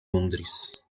londres